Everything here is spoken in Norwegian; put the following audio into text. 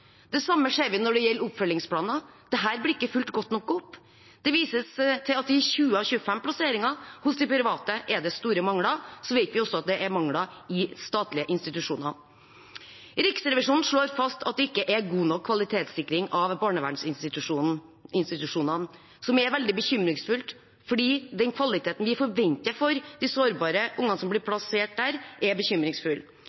Det samme ser vi når det gjelder oppfølgingsplaner. Det blir ikke fulgt godt nok opp. Det vises til at i 20 av 25 plasseringer hos de private er det store mangler. Vi vet også at det er mangler i statlige institusjoner. Riksrevisjonen slår fast at det ikke er god nok kvalitetssikring av barnevernsinstitusjonene, som er veldig bekymringsfullt. Med tanke på den kvaliteten vi forventer for de sårbare ungene som blir